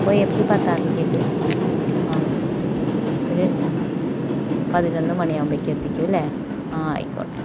അപ്പോൾ ഏപ്രിൽ പത്താം തീയതിക്കേക്ക് ആ ഒരു പതിനൊന്ന് മണി ആവുമ്പഴേക്കും എത്തിക്കും അല്ലെ ആ ആയിക്കോട്ടെ ഓക്കേ